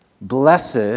Blessed